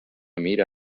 mira